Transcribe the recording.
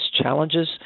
challenges